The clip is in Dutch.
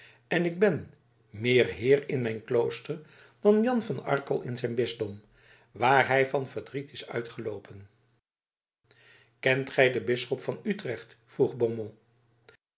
en ik ben meer heer in mijn klooster dan jan van arkel in zijn bisdom waar hij van verdriet is uitgeloopen kent gij den bisschop van utrecht vroeg